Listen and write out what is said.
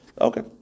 Okay